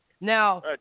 Now